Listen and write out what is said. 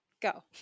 go